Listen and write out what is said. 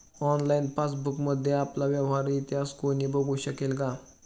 Online पासबुकमध्ये आपला व्यवहार इतिहास कोणी बघु शकेल का?